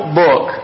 book